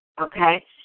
okay